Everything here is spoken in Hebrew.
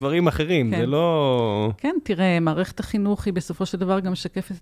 דברים אחרים, זה לא... כן, תראה, מערכת החינוך היא בסופו של דבר גם משקפת.